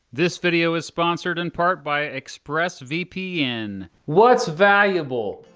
this video is sponsored in part by expressvpn what's valuable?